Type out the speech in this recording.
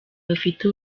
bafite